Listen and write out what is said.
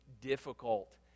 difficult